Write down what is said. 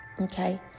okay